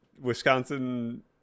Wisconsin